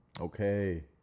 Okay